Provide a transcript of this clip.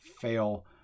fail